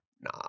Nah